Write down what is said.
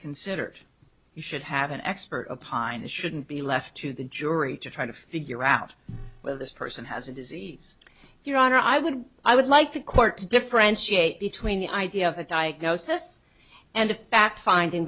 considered you should have an expert pine this shouldn't be left to the jury to try to figure out whether this person has a disease your honor i would i would like the court to differentiate between the idea of a diagnosis and a fact finding